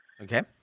Okay